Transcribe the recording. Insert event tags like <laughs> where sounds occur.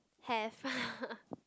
have <laughs>